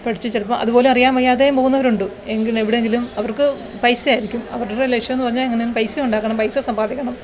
പഠിച്ച് ചിലപ്പോൾ അതുപോലും അറിയാന് വയ്യാതെയും പോകുന്നവരുണ്ട് എങ്കിൽ എവിടെയെങ്കിലും അവര്ക്ക് പൈസയാരിക്കും അവരുടെ ലക്ഷ്യം എന്ന് പറഞ്ഞാൽ എങ്ങനെയെങ്കിലും പൈസ ഉണ്ടാക്കണം പൈസ സമ്പാദിക്കണം